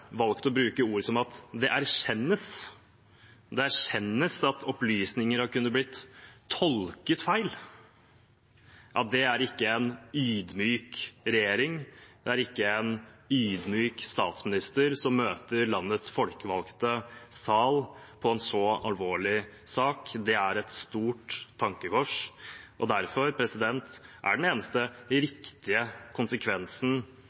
valgt å bruke ord som at det erkjennes at opplysninger har kunnet bli tolket feil. Det er ikke en ydmyk regjering, det er ikke en ydmyk statsminister som møter landets folkevalgte sal i en så alvorlig sak. Det er et stort tankekors. Derfor er den eneste riktige konsekvensen,